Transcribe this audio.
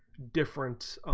different ah